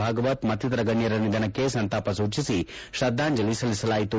ಭಾಗವತ್ ಮತ್ತಿತರ ಗಣ್ಯರ ನಿಧನಕ್ಕೆ ಸಂತಾವ ಸೂಚಿಸಿ ಶ್ರದ್ದಾಂಜಲಿ ಸಲ್ಲಿಸಲಾಯಿತು